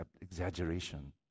exaggeration